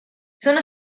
sono